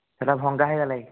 ସେଇଟା ଭଙ୍ଗା ହୋଇଗଲାଣି